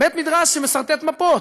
בית-מדרש שמסרטט מפות,